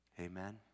Amen